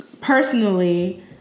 personally